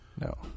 No